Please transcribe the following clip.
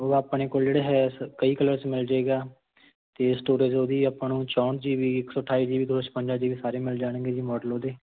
ਉਹ ਆਪਣੇ ਕੋਲ ਜਿਹੜੇ ਹੈ ਸ ਕਈ ਕਲਰ 'ਚ ਮਿਲ ਜਾਏਗਾ ਅਤੇ ਸਟੋਰੇਜ ਉਹਦੀ ਆਪਾਂ ਨੂੰ ਚੋਹਟ ਜੀ ਬੀ ਇਕ ਸੌ ਅਠਾਈ ਜੀ ਬੀ ਦੋ ਸੋ ਛਪੰਜਾ ਜੀ ਬੀ ਸਾਰੇ ਮਿਲ ਜਾਣਗੇ ਜੀ ਮੋਡਲ ਉਹਦੇ